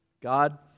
God